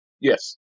Yes